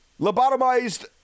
lobotomized